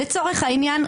לצורך העניין,